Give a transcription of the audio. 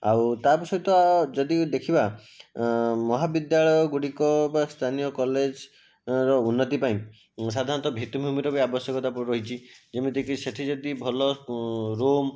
ଆଉ ତା ବି ସହିତ ଯଦି ଦେଖିବା ମହାବିଦ୍ୟାଳୟ ଗୁଡ଼ିକ ବା ସ୍ଥାନୀୟ କଲେଜର ଉନ୍ନତି ପାଇଁ ସାଧାରଣତଃ ଭିତ୍ତିଭୂମିର ବି ଆବଶ୍ୟକତା ରହିଛି ଯେମିତି କି ସେଠି ଯଦି ଭଲ ରୁମ୍